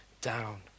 down